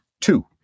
Two